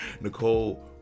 nicole